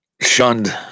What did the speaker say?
shunned